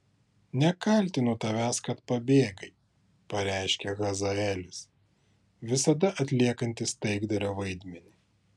nekaltinu tavęs kad pabėgai pareiškė hazaelis visada atliekantis taikdario vaidmenį